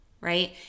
right